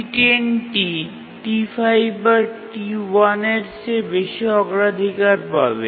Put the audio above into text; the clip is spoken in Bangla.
T10 টি T5 বা T1 এর চেয়ে বেশি অগ্রাধিকার পাবে